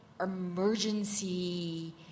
emergency